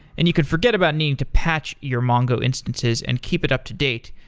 and you could forget about needing to patch your mongo instances and keep it up-to-date,